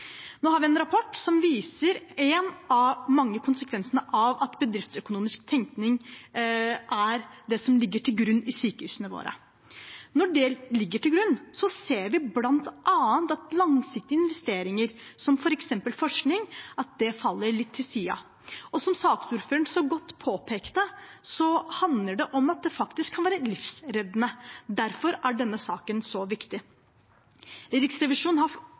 Nå har vi en rapport som viser en av de mange konsekvensene av at bedriftsøkonomisk tenkning er det som ligger til grunn i sykehusene våre. Når det ligger til grunn, ser vi bl.a. at langsiktige investeringer, som f.eks. forskning, havner litt på siden, og som saksordføreren så godt påpekte, handler dette om at det faktisk kan redde liv. Derfor er denne saken så viktig. Riksrevisjonen har